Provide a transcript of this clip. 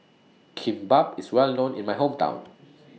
Kimbap IS Well known in My Hometown